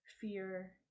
fear